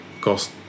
cost